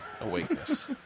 awakeness